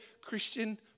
Christian